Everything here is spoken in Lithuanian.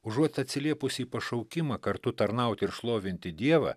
užuot atsiliepusi į pašaukimą kartu tarnaut ir šlovinti dievą